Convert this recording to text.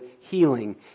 healing